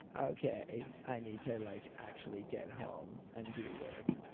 ok. i need to like actually get home. and do work.